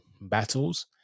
battles